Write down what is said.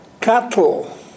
cattle